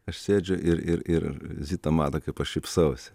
aš sėdžiu ir ir ir zita mato kaip aš šypsausi